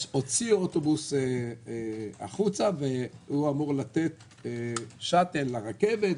הוציאו אוטובוס החוצה והוא אמור לתת שאטל לרכבת.